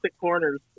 corners